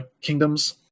kingdoms